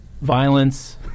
violence